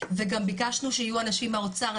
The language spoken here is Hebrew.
וגם ביקשנו שיהיו אנשים מהאוצר,